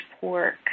pork